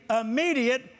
immediate